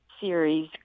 series